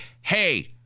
Hey